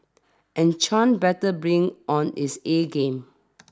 and Chan better bring on his A game